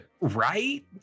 Right